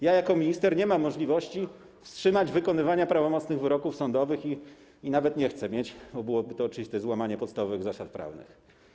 Jako minister nie mam możliwości wstrzymania wykonywania prawomocnych wyroków sądowych i nawet nie chcę mieć, bo byłoby to oczywiste złamanie podstawowych zasad prawnych.